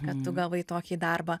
kad tu gavai tokį darbą